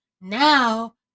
now